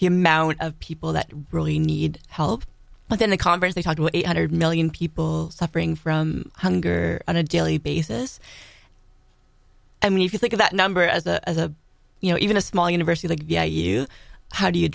the amount of people that really need help but then the congress they talk about eight hundred million people suffering from hunger on a daily basis i mean if you think of that number as a you know even a small university like yeah you how do you